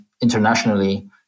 internationally